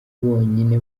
bonyine